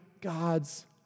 God's